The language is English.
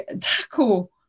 tackle